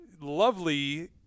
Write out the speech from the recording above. lovely